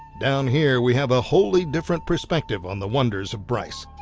down here we have a wholly different perspective on the wonders of bryce.